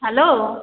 hello